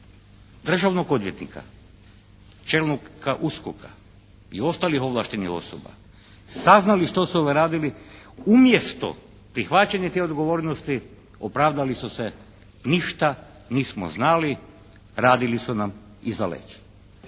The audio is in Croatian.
državnog odvjetnika, čelnika USKOK-a i ostalih ovlaštenih osoba saznali što su ovi radili, umjesto prihvaćanja tih odgovornosti, opravdali su se, ništa nismo znali, radili su nam iza leđa.